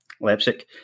Leipzig